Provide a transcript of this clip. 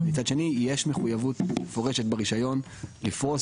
מצד שני יש מחויבות מפורשת ברישיון לפרוס